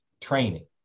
training